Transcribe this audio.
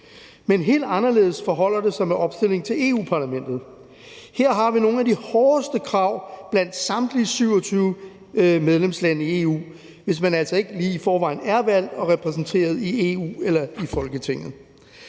Men helt anderledes forholder det sig med opstilling til Europa-Parlamentet. Her har vi nogle af de strengeste krav blandt samtlige 27 medlemslande i EU, hvis man altså ikke lige i forvejen er valgt og repræsenteret i EU eller i Folketinget.